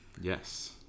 Yes